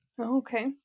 Okay